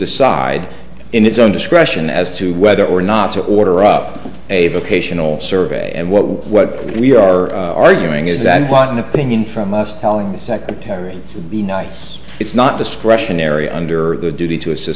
decide in its own discretion as to whether or not to order up a vocational survey and what what we are arguing is that while an opinion from us telling the secretary to be nice it's not discretionary under the duty to assist